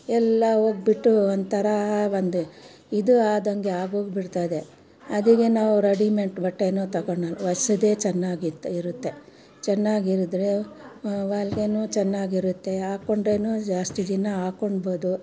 ಎಲ್ಲ ಹೋಗ್ಬಿಟ್ಟು ಒಂಥರ ಒಂದು ಇದು ಆದಂಗೆ ಆಗೋಗಿಬಿಡ್ತದೆ ಅದಿಗೆ ನಾವು ರೆಡಿಮೆಂಟ್ ಬಟ್ಟೇ ತಕೊಳ ಹೊಲ್ಸಿದ್ದೆ ಚೆನ್ನಾಗಿತ್ ಇರುತ್ತೆ ಚೆನ್ನಾಗಿರಿದ್ರೆ ಹೊಲ್ಗೇ ಚೆನ್ನಾಗಿರುತ್ತೆ ಹಾಕೊಂಡ್ರೂ ಜಾಸ್ತಿ ದಿನ ಹಾಕೊಣ್ಬೋದು